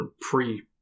pre